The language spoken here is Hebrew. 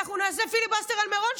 אנחנו נעשה פיליבסטר על מירון,